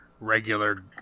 regular